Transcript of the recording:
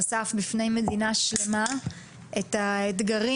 אביתר באומץ רב חשף בפני מדינה שלימה את האתגרים